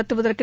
நடத்துவதற்கு